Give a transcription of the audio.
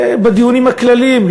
שבדיונים הכלליים,